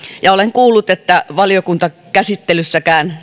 ja olen kuullut että valiokuntakäsittelyssäkään